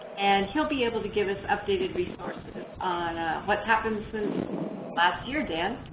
and he'll be able to give us updated resources on what's happened since last year, dan.